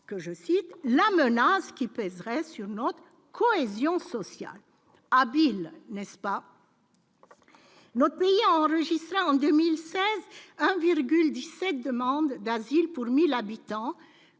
que je cite la menace qui pèserait sur une autre cohésion sociale habile n'est-ce pas notre pays a enregistré en 2016,17 demandes d'asile pour 1000 habitants,